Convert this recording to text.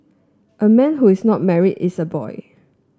a man who is not married is a boy